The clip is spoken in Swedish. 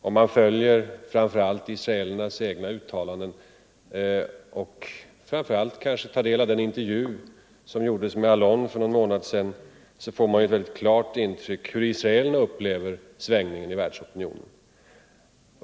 Om man läser israelernas egna uttalanden och kanske framför allt den intervju som gjordes med utrikesminister Allon för någon månad sedan får man ett klart intryck av hur israelerna upplever svängningarna i världsopinionen.